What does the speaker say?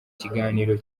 kiganiro